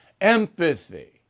Empathy